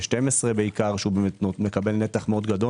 12 בעיקר שמקבל נתח גדול,